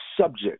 subject